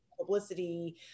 publicity